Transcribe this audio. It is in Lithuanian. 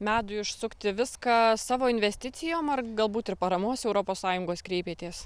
medui išsukti viską savo investicijom ar galbūt ir paramos europos sąjungos kreipėtės